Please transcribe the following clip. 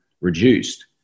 reduced